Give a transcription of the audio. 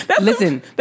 listen